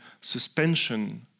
suspension